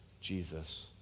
Jesus